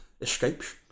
escapes